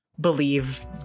believe